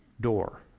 door